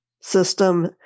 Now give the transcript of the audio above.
system